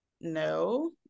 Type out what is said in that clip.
no